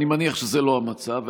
ואני מניח שזה לא המצב,